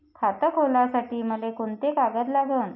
खात खोलासाठी मले कोंते कागद लागन?